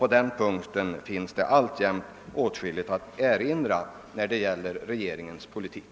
På den punkten finns alltjämt åtskilligt att erinra när det gäller regeringens politik.